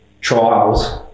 trials